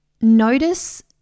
notice